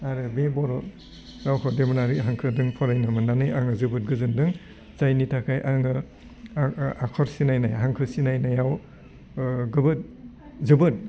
आरो बे बर' रावखौ देब'नाग्रि हांखोजों फरायनो मोन्नानै आङो जोबोद गोजोन्दों जायनि थाखाय आङो आखर सिनायनाय हांखो सिनायनायाव गोबोद जोबोद